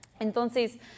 Entonces